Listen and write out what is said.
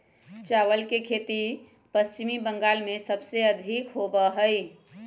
चावल के खेती पश्चिम बंगाल में सबसे अधिक होबा हई